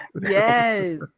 Yes